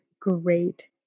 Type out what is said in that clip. great